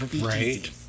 Right